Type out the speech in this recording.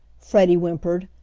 freddie whimpered,